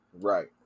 right